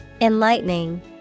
Enlightening